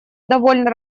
довольно